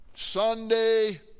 Sunday